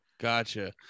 gotcha